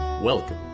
Welcome